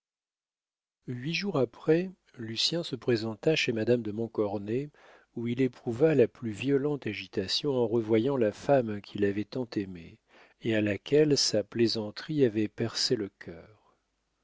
huit jours après lucien se présenta chez madame de montcornet où il éprouva la plus violente agitation en revoyant la femme qu'il avait tant aimée et à laquelle sa plaisanterie avait percé le cœur